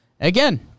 again